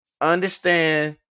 understand